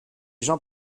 gens